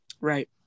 Right